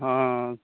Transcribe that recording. ହଁ